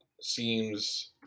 seems